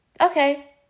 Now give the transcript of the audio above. okay